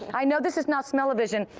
i know this is not smellovision,